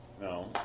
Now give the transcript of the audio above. No